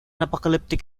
apocalyptic